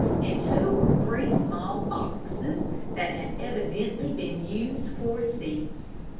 and two or three small boxes that had evidently been used for seats.